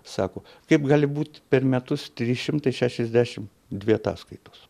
sako kaip gali būt per metus trys šimtai šešiasdešimt dvi ataskaitos